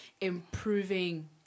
improving